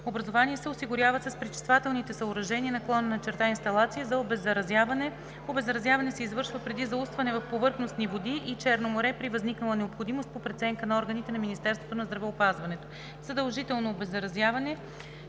образувания се осигуряват с пречиствателни съоръжения/инсталации за обеззаразяване. Обеззаразяване се извършва преди заустване в повърхностни води и Черно море при възникнала необходимост по преценка на органите на Министерството на здравеопазването. Задължително обеззаразяване